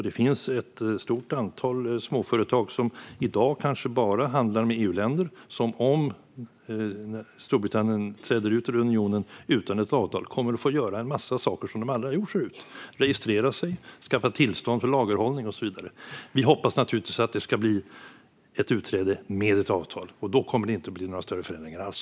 Det finns ett stort antal småföretag som i dag kanske bara handlar med EU-länder som, om Storbritannien träder ut ur unionen utan ett avtal, kommer att få göra en massa saker som de aldrig har gjort förut: registrera sig, skaffa tillstånd för lagerhållning och så vidare. Vi hoppas naturligtvis att det ska bli ett utträde med ett avtal, och då kommer det inte att bli några större förändringar alls.